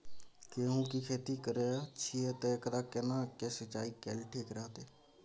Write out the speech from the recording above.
गेहूं की खेती करे छिये ते एकरा केना के सिंचाई कैल ठीक रहते?